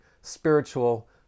spiritual